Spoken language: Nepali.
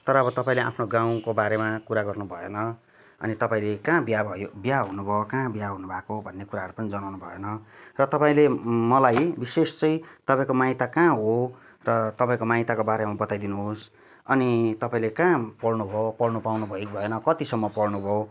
तर अब तपाईँले आफ्नो गाउँको बारेमा कुरा गर्नुभएन अनि तपाईँले कहाँ बिहा भयो बिहा हुनु कहाँ बिहा हुनुभएको भन्ने कुराहरू पनि जनाउनु भएन र तपाईँले मलाई विशेष चाहिँ तपाईँको माइत कहाँ हो र तपाईँको माइतको बारेमा बताइदिनु होस् अनि तपाईँले कहाँ पढ्नु भयो पढ्नु पाउनु भयो कि भएन कतिसम्म पढ्नु भयो